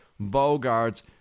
Bogarts